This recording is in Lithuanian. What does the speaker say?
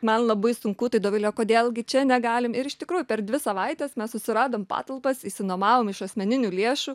man labai sunku tai dovilė o kodėl gi čia negalim ir iš tikrųjų per dvi savaites mes susiradom patalpas išsinuomavom iš asmeninių lėšų